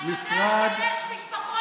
אתה יודע שיש משפחות שהן לא כמו שאתה מכיר?